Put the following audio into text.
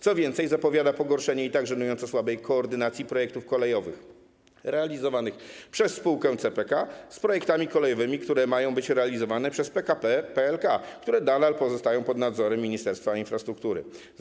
Co więcej, zapowiada to pogorszenie i tak żenująco słabej koordynacji projektów kolejowych realizowanych przez spółkę CPK z projektami kolejowymi, które mają być realizowane przez PKP PLK, a które nadal pozostają pod nadzorem Ministerstwa Infrastruktury.